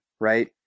right